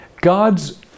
God's